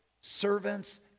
servants